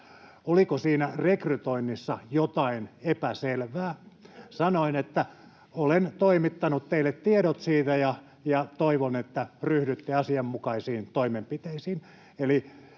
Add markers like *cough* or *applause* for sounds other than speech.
oliko siinä rekrytoinnissa jotain epäselvää. *laughs* Sanoin, että olen toimittanut teille tiedot siitä ja toivon, että ryhdytte asianmukaisiin toimenpiteisiin.